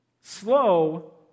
slow